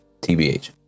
TBH